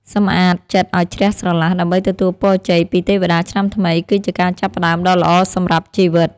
សម្អាតចិត្តឱ្យជ្រះស្រឡះដើម្បីទទួលពរជ័យពីទេវតាឆ្នាំថ្មីគឺជាការចាប់ផ្តើមដ៏ល្អសម្រាប់ជីវិត។